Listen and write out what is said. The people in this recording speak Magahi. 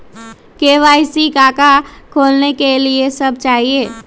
के.वाई.सी का का खोलने के लिए कि सब चाहिए?